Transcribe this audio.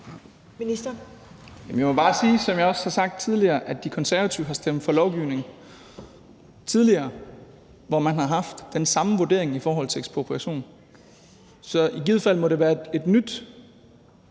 Jamen jeg må bare sige, som jeg også har sagt tidligere, at De Konservative tidligere har stemt for lovgivning, hvor man har haft den samme vurdering i forhold til ekspropriation. Så i givet fald må det være et nyt